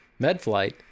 MedFlight